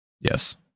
Yes